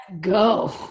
go